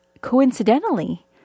Coincidentally